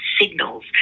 signals